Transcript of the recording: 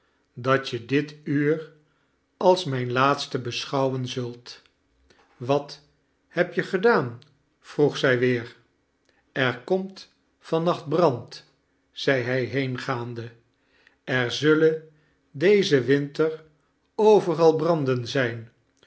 dat je dit uur als mijn laatste beschouwen zult wat heb je gedaan vroeg zij weer er komt van nacht brand zeide hij heengaande er zullen dezen winter overal branden zijn